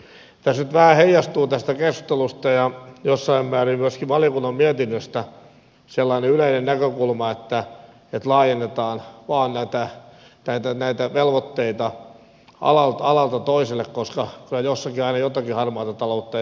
tässä nyt vähän heijastuu tästä keskustelusta ja jossain määrin myöskin valiokunnan mietinnöstä sellainen yleinen näkökulma että laajennetaan vaan näitä velvoitteita alalta toiselle koska kyllä jossakin aina jotakin harmaata taloutta esiintyy